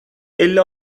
elli